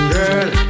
Girl